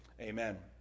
Amen